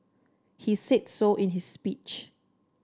he said so in his speech